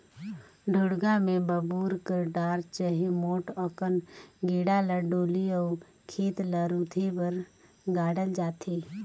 ढोड़गा मे बबूर कर डार चहे मोट अकन गेड़ा ल डोली अउ खेत ल रूधे बर गाड़ल जाथे